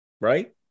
right